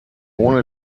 ohne